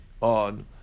on